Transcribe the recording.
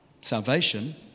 salvation